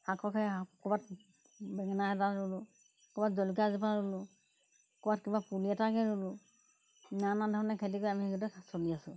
শাকৰ সেই ক'ৰবাত বেঙেনা এটা ৰুলোঁ ক'ৰবাত জলকীয়া এজোপা ৰুলোঁ ক'ৰবাত কিবা পুলি এটাকে ৰুলোঁ নানা ধৰণে খেতি কৰি আমি সেইদৰে চলি আছোঁ